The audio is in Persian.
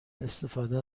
استفاده